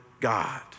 God